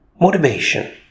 motivation